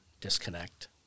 disconnect